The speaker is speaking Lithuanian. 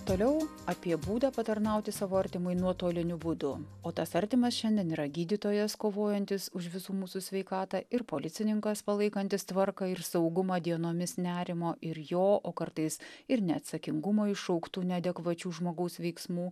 toliau apie būdą patarnauti savo artimui nuotoliniu būdu o tas artimas šiandien yra gydytojas kovojantis už visų mūsų sveikatą ir policininkas palaikantis tvarką ir saugumą dienomis nerimo ir jo o kartais ir neatsakingumo iššauktų neadekvačių žmogaus veiksmų